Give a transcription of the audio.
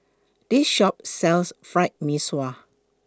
This Shop sells Fried Mee Sua